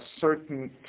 certain